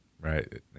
right